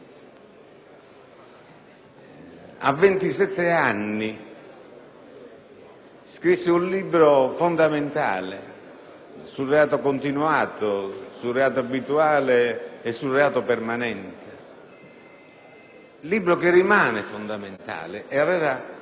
anni scrisse un libro fondamentale sul reato continuato, sul reato abituale e sul reato permanente, libro che rimane tale; a